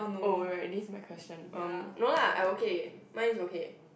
oh right this my question erm no lah I okay mine is okay